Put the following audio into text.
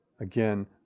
again